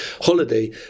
holiday